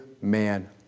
man